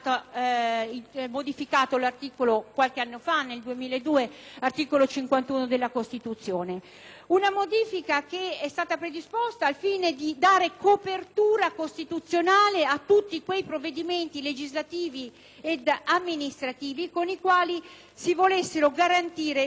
una modifica predisposta al fine di dare copertura costituzionale a tutti quei provvedimenti legislativi ed amministrativi con i quali si volessero garantire forme di paritaria partecipazione tra donne e uomini, in particolare nella designazione di cariche elettive.